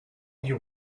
you